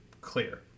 clear